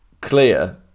clear